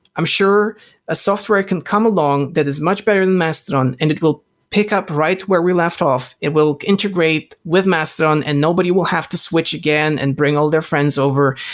i'm sure the ah software can come along that is much better than mastodon and it will pick up right where we left off. it will integrate with mastodon and nobody will have to switch again and bring all their friends over.